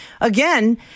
again